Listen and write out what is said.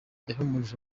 yahumurije